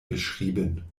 beschrieben